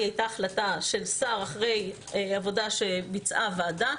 היא הייתה החלטה של שר אחרי עבודה שביצעה ועדה.